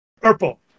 Purple